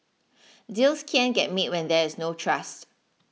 deals can't get made when there is no trust